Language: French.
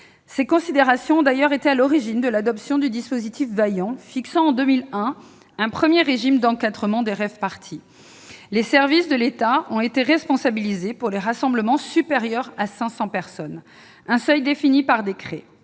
Ces considérations ont d'ailleurs été à l'origine de l'adoption du dispositif Vaillant, fixant en 2001 un premier régime d'encadrement des rave-parties. Les services de l'État ont la responsabilité de l'encadrement des rassemblements de plus de 500 personnes, seuil défini par décret,